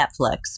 Netflix